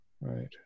Right